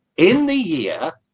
in the year